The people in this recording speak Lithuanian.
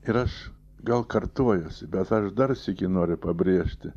ir aš gal kartojuosi bet aš dar sykį noriu pabrėžti